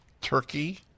Turkey